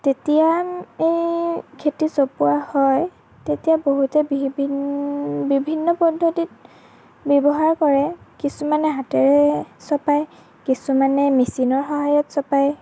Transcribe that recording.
তেতিয়া এই খেতি চপোৱা হয় তেতিয়া বহুতে বিভি বিভিন্ন পদ্ধতিত ব্যৱহাৰ কৰে কিছুমানে হাতেৰে চপায় কিছুমানে মেচিনৰ সহায়ত চপায়